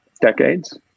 decades